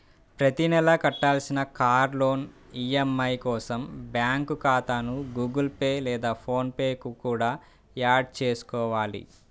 ప్రతి నెలా కట్టాల్సిన కార్ లోన్ ఈ.ఎం.ఐ కోసం బ్యాంకు ఖాతాను గుగుల్ పే లేదా ఫోన్ పే కు యాడ్ చేసుకోవాలి